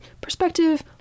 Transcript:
perspective